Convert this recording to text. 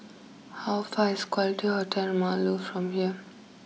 how far is quality Hotel Marlow from here